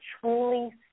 truly